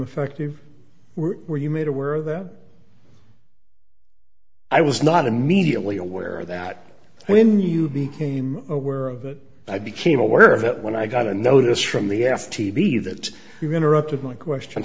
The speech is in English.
effective were you made aware that i was not immediately aware that when you became aware of it i became aware of it when i got a notice from the f t v that we were interrupted my question